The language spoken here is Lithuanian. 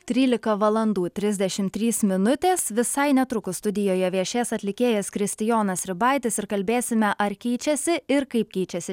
trylika valandų trisdešim trys minutės visai netrukus studijoje viešės atlikėjas kristijonas ribaitis ir kalbėsime ar keičiasi ir kaip keičiasi